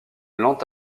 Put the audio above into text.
lente